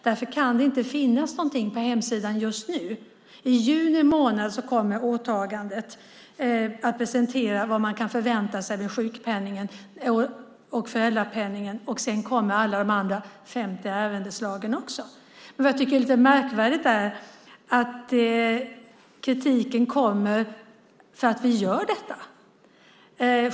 Därför kan det inte finnas något på hemsidan just nu. I juni månad kommer åtagandet att presentera vad man kan förvänta sig med sjukpenningen och föräldrapenningen. Sedan kommer alla de andra 50 ärendeslagen också. Det jag tycker är lite märkvärdigt är att kritiken kommer för att vi gör detta.